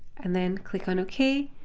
and then click on ok.